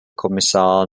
kommissar